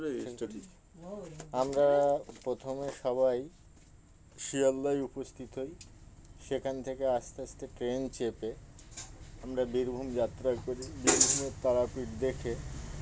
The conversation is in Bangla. আমরা প্রথমে সবাই শিয়ালদহে উপস্থিত হই সেখান থেকে আস্তে আস্তে ট্রেন চেপে আমরা বীরভূম যাত্রা করি বীরভূমের তারাপীঠ দেখে